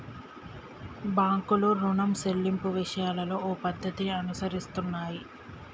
బాంకులు రుణం సెల్లింపు విషయాలలో ఓ పద్ధతిని అనుసరిస్తున్నాయి